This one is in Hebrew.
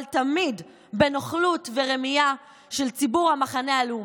אבל תמיד, בנוכלות ורמייה של ציבור המחנה הלאומי.